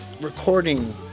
recording